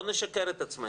לא נשקר את עצמנו.